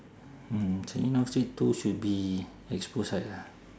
mm changi north street two should be expo side lah